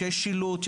שיש שילוט,